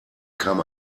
kam